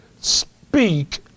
speak